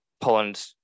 Poland